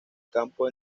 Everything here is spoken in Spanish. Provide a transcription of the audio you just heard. campo